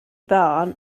barn